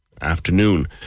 afternoon